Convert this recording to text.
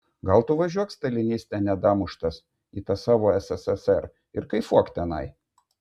gal tu važiuok staliniste nedamuštas į tą savo sssr ir kaifuok tenai